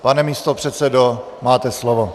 Pane místopředsedo, máte slovo.